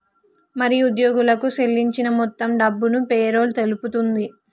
మరి ఉద్యోగులకు సేల్లించిన మొత్తం డబ్బును పేరోల్ తెలుపుతుంది